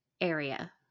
area